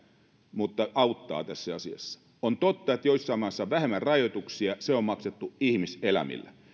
mutta auttaa tässä asiassa on totta että joissain maissa on vähemmän rajoituksia se on maksettu ihmiselämillä